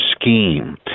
scheme